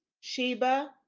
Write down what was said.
Sheba